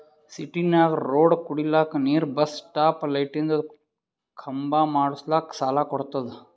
ಸಿಟಿನಾಗ್ ರೋಡ್ ಕುಡಿಲಕ್ ನೀರ್ ಬಸ್ ಸ್ಟಾಪ್ ಲೈಟಿಂದ ಖಂಬಾ ಮಾಡುಸ್ಲಕ್ ಸಾಲ ಕೊಡ್ತುದ